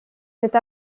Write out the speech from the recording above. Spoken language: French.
cette